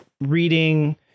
reading